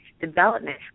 development